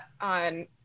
on